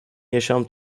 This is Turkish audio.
yaşam